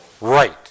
Right